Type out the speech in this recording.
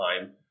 time